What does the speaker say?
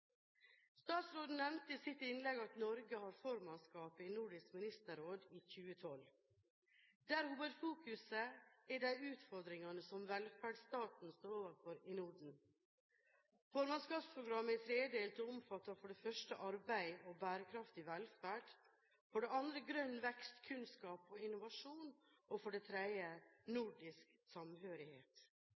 nevnte i sitt innlegg at Norge har formannskapet i Nordisk Ministerråd i 2012, der hovedfokuset er de utfordringene som velferdsstaten står overfor i Norden. Formannskapsprogrammet er tredelt og omfatter: arbeid og bærekraftig velferd grønn vekst, kunnskap og innovasjon nordisk samhørighet I kapitlet om arbeid og bærekraftig velferd heter det: